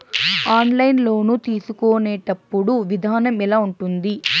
online loan తీసుకునేటప్పుడు విధానం ఎలా ఉంటుంది